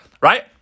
right